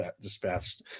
dispatched